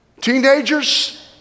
Teenagers